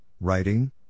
Writing